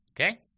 Okay